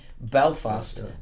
Belfast